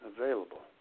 available